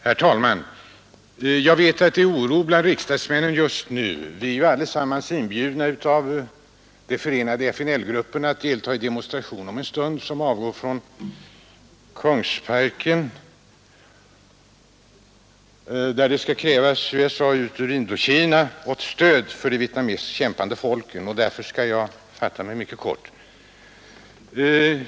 Herr talman! Jag vet att det är oro bland riksdagsmännen just nu. Vi är ju allesammans inbjudna av De förenade FNL-grupperna att delta i en demonstration om en stund som avgår från Kungsträdgården, där det skall krävas ”USA ut ur Indokina” och ”Stöd för det kämpande vietnamesiska folket”, och därför skall jag fatta mig mycket kort.